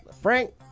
Frank